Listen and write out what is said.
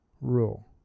rule